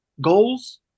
goals